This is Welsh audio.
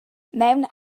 mewn